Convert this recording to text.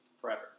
forever